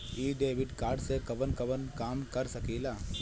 इ debit card से कवन कवन काम कर सकिला?